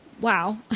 wow